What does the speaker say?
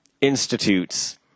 institutes